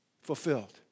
fulfilled